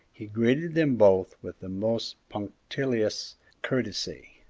he greeted them both with the most punctilious courtesy,